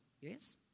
Yes